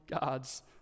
God's